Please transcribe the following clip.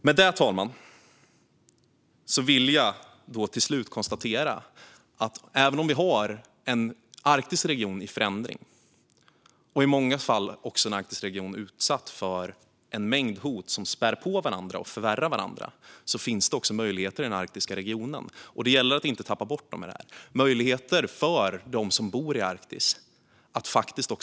Med detta, fru talman, vill jag till slut konstatera att även om vi har en arktisk region i förändring som i många fall också är utsatt för en mängd hot som spär på varandra och förvärrar varandra sinsemellan finns det också möjligheter i den arktiska regionen. Det gäller att inte tappa bort dem. Det handlar om möjligheter för dem som bor i Arktis att få ett rikare liv.